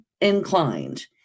inclined